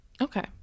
Okay